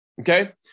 okay